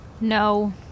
No